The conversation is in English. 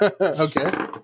Okay